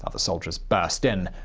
other soldiers burst in,